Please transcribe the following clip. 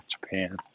Japan